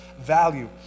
value